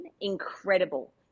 incredible